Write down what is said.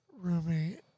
roommate